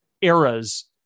eras